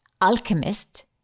Alchemist